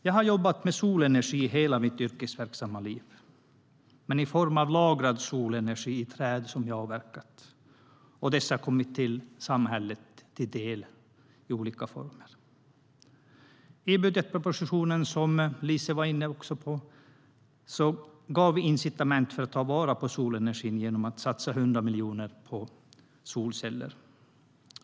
Jag har jobbat med solenergi i hela mitt yrkesverksamma liv - men i form av lagrad solenergi i träd som jag har avverkat. Dessa har kommit samhället till del i olika former.I budgetpropositionen, som också Lise var inne på, gav vi incitament för att ta vara på solenergin genom att satsa 100 miljoner på solceller.